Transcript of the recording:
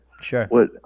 Sure